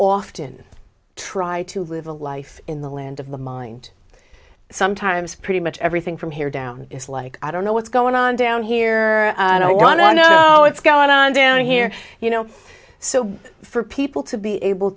often try to live a life in the land of the mind sometimes pretty much everything from here down is like i don't know what's going on down here i don't want to know it's got on down here you know so for people to be able